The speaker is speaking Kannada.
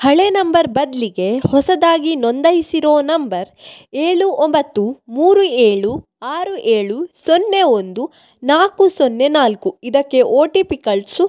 ಹಳೆಯ ನಂಬರ್ ಬದಲಿಗೆ ಹೊಸದಾಗಿ ನೊಂದಾಯಿಸಿರೋ ನಂಬರ್ ಏಳು ಒಂಬತ್ತು ಮೂರು ಏಳು ಆರು ಏಳು ಸೊನ್ನೆ ಒಂದು ನಾಲ್ಕು ಸೊನ್ನೆ ನಾಲ್ಕು ಇದಕ್ಕೆ ಓ ಟಿ ಪಿ ಕಳಿಸು